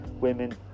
women